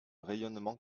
rayonnement